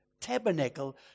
tabernacle